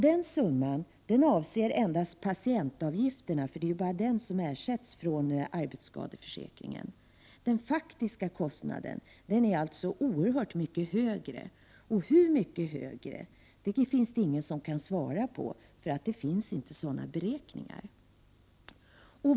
Den summan avser endast patientavgifterna, för det är ju bara de som ersätts från arbetsskadeförsäkringen. Den faktiska kostnaden är alltså oerhört mycket högre och hur mycket högre den är vet ingen, eftersom det inte finns några beräkningar.